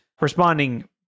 responding